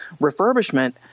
refurbishment